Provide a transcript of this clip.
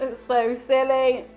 and so silly.